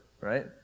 right